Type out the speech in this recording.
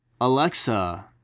Alexa